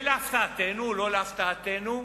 ולהפתעתנו, או לא להפתעתנו,